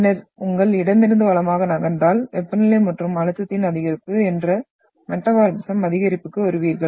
பின்னர் உங்கள் இடமிருந்து வலமாக நகர்ந்தால் வெப்பநிலை மற்றும் அழுத்தத்தின் அதிகரிப்பு என்ற மெட்டமார்பிஸ்ம் அதிகரிப்புக்கு வருகிறீர்கள்